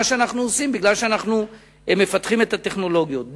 שאנחנו עושים משום שאנחנו מפתחים את הטכנולוגיות.